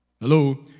Hello